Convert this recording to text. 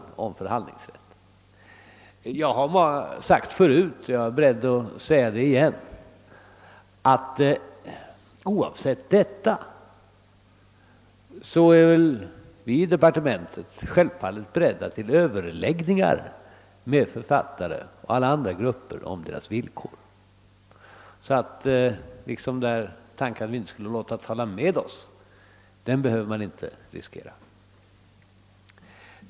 Jag har tidigare sagt och är beredd att upprepa det, att vi oavsett detta självfallet är beredda att inom departementet överlägga med författare och alla andra grupper om deras villkor. Att vi inte skulle vilja diskutera frågan behöver ingen riskera.